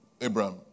Abraham